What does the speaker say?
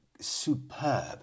superb